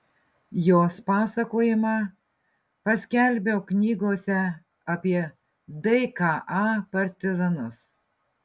jos pasakojimą paskelbiau knygose apie dka partizanus